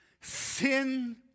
Sin